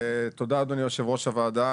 תודה, אדוני יו"ר הוועדה.